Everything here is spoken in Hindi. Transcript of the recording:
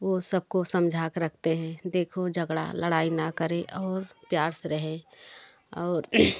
वो सब को समझा के रखते हैं देखो झगड़ा लड़ाई ना करें और प्यार से रहे और